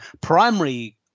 primary